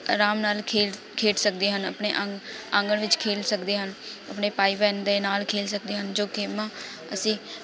ਆਰਾਮ ਨਾਲ ਖੇਲ ਖੇਡ ਸਕਦੇ ਹਨ ਆਪਣੇ ਅਂਗ ਆਂਗਣ ਵਿੱਚ ਖੇਲ ਸਕਦੇ ਹਨ ਆਪਣੇ ਭਾਈ ਭੈਣ ਦੇ ਨਾਲ਼ ਖੇਲ ਸਕਦੇ ਹਨ ਜੋ ਗੇਮਾਂ ਅਸੀਂ